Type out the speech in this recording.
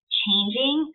changing